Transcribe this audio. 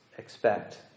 expect